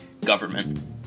government